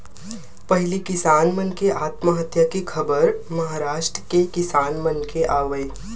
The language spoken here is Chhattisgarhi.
पहिली किसान मन के आत्महत्या के खबर महारास्ट के किसान मन के आवय